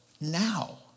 now